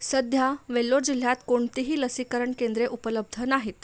सध्या वेल्लोर जिल्ह्यात कोणतेही लसीकरण केंद्रे उपलब्ध नाहीत